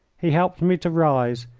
he helped me to rise,